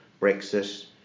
Brexit